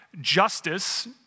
justice